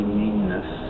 meanness